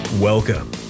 Welcome